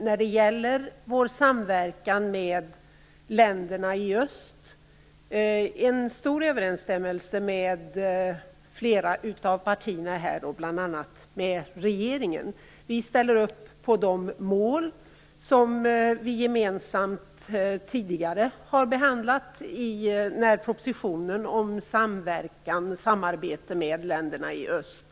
När det gäller vår samverkan med länderna i öst finns det en stor överensstämmelse mellan oss och flera av partierna här, bl.a. regeringspartiet. Vi ställer upp på de mål som vi var ense om tidigare vid behandlingen av propositionen om samarbete med länderna i öst.